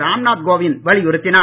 ராம்நாத் கோவிந்த் வலியுறுத்தினார்